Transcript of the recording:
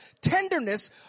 tenderness